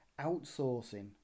outsourcing